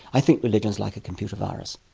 i think religion like a computer virus.